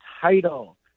title